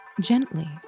Gently